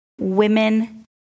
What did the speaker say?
women